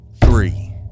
three